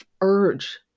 urge